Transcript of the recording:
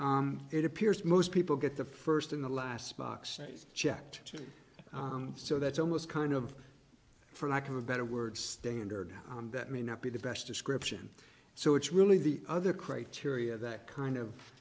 is it appears most people get the first in the last boxes checked so that's almost kind of for lack of a better word standard that may not be the best description so it's really the other criteria that kind of